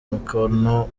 umukono